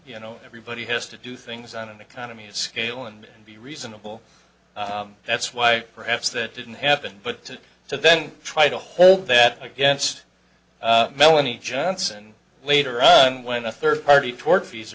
you know everybody has to do things on an economy of scale and be reasonable that's why perhaps the it didn't happen but to then try to hold that against melanie johnson later on when a third party toward fees